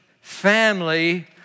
family